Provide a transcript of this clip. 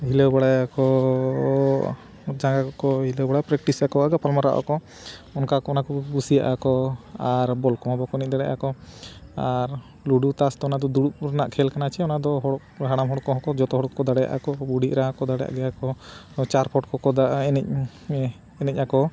ᱦᱤᱞᱟᱹᱣ ᱵᱟᱲᱟᱭᱟᱠᱚ ᱡᱟᱸᱜᱟ ᱠᱚ ᱦᱤᱞᱟᱹᱣ ᱵᱟᱲᱟᱭᱟ ᱯᱨᱮᱠᱴᱤᱥ ᱟᱠᱚᱣᱟ ᱜᱟᱯᱟᱞᱢᱟᱨᱟᱜ ᱟᱠᱚ ᱚᱱᱠᱟ ᱠᱚ ᱚᱱᱟ ᱠᱚ ᱠᱩᱥᱤᱭᱟᱜ ᱟᱠᱚ ᱟᱨ ᱵᱚᱞ ᱠᱚᱦᱚᱸ ᱵᱟᱠᱚ ᱮᱱᱮᱡ ᱫᱟᱲᱮᱭᱟᱜ ᱟᱠᱚ ᱟᱨ ᱞᱩᱰᱩ ᱛᱟᱥ ᱫᱚ ᱚᱱᱟ ᱫᱚ ᱫᱩᱲᱩᱵ ᱨᱮᱱᱟᱜ ᱠᱷᱮᱞ ᱠᱟᱱᱟ ᱪᱮ ᱚᱱᱟ ᱫᱚ ᱦᱚᱲ ᱦᱟᱲᱟᱢ ᱦᱚᱲ ᱠᱚᱦᱚᱸ ᱠᱚ ᱡᱚᱛᱚ ᱦᱚᱲ ᱠᱚ ᱫᱟᱲᱮᱭᱟᱜ ᱟᱠᱚ ᱵᱩᱰᱷᱤᱜᱼᱟ ᱠᱚ ᱫᱟᱲᱮᱭᱟᱜ ᱜᱮᱭᱟ ᱠᱚ ᱪᱟᱨᱯᱚᱴ ᱠᱚ ᱫᱟᱜ ᱮᱱᱮᱡ ᱮᱱᱮᱡ ᱟᱠᱚ